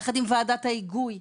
יחד עם וועדת ההיגוי,